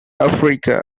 africa